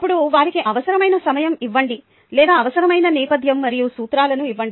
అప్పుడు వారికి అవసరమైన సమయం ఇవ్వండి లేదా అవసరమైన నేపథ్యం మరియు సూత్రాలను ఇవ్వండి